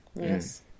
Yes